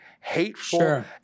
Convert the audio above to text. hateful